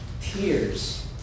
Tears